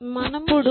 మనము ఏమి చేయగలం